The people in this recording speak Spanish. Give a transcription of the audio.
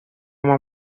más